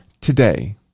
today